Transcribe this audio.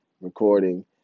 recording